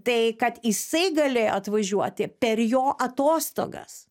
tai kad jisai galėjo atvažiuoti per jo atostogas